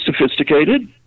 sophisticated